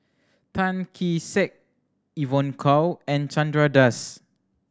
Tan Kee Sek Evon Kow and Chandra Das